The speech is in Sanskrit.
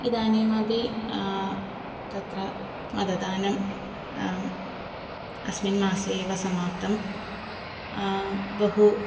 इदानीमपि तत्र मतदानं अस्मिन् मासे एव समाप्तं बहु